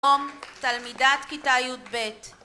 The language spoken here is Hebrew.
תלמידת כיתה יב